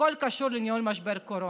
בכל הקשור לניהול משבר הקורונה.